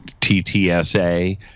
TTSA